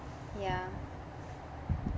ya